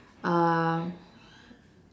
uh